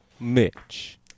Mitch